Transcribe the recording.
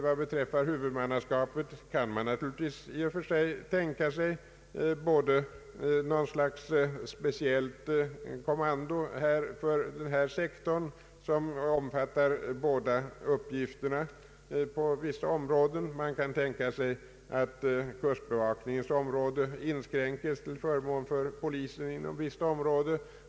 Vad beträffar huvudmannaskapet kan man naturligtvis tänka sig något slags speciellt kommando för denna sektor som omfattar bå da uppgifterna på vissa områden. Man kan tänka sig att kustbevakningens uppgifter inskränks till förmån för polisens inom vissa områden.